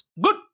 Good